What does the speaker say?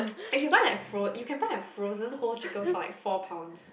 if you buy like fro~ you can buy a frozen whole chicken for like four Pounds